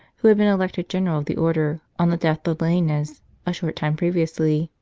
who had been elected general of the order on the death of lainez a short time previously.